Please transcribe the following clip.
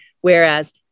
Whereas